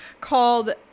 called